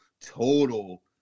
total